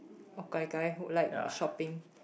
oh gai-gai who like shopping